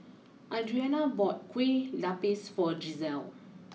Adrianna bought Kueh Lupis for Gisselle